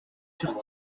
sur